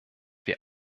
wir